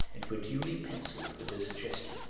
and were duly pencilled with the suggestion.